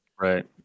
Right